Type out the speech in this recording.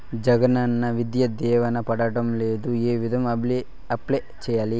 జగనన్న విద్యా దీవెన పడడం లేదు ఏ విధంగా అప్లై సేయాలి